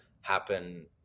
happen